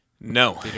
no